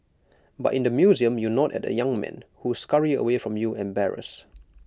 but in the museum you nod at the young men who scurry away from you embarrassed